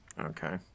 Okay